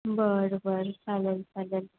बरं बरं चालेल चालेल